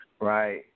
right